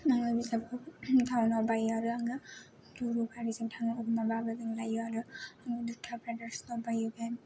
आङो बिजाबखौ बायो आरो आङो आरो आङो ब्राडार्सनाव बायो आरो आङो